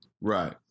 Right